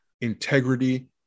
integrity